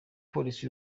polisi